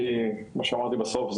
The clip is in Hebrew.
כי כמו שאמרתי בסוף,